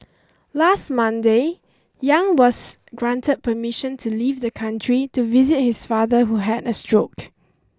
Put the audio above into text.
last Monday Yang was granted permission to leave the country to visit his father who had a stroke